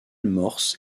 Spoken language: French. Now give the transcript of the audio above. morse